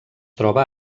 troba